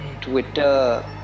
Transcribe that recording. Twitter